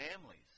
families